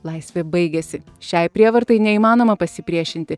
laisvė baigiasi šiai prievartai neįmanoma pasipriešinti